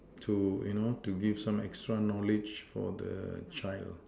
to you know to give some extra knowledge for the child